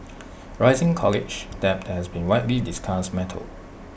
rising college debt has been widely discussed matter